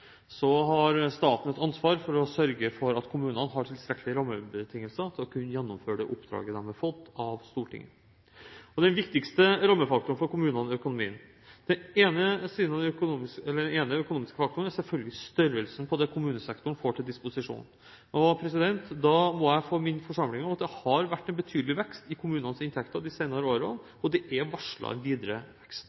Så har staten et ansvar for å sørge for at kommunene har tilstrekkelige rammebetingelser til å kunne gjennomføre det oppdraget de har fått av Stortinget. Den viktigste rammefaktoren for kommunene er økonomien. Den ene økonomiske faktoren er selvfølgelig størrelsen på det kommunesektoren får til disposisjon. Da må jeg få minne forsamlingen om at det har vært en betydelig vekst i kommunenes inntekter de senere årene, og det er varslet en